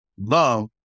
love